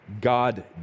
God